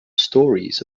stories